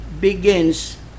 begins